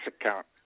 account